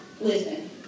Listen